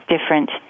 different